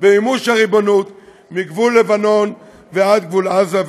ועל מימוש הריבונות מגבול לבנון ועד גבול עזה,